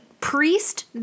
priest